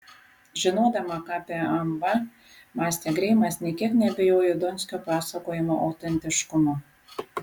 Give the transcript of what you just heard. žinodama ką apie amb mąstė greimas nė kiek neabejoju donskio pasakojimo autentiškumu